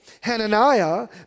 Hananiah